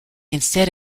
instead